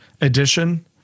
edition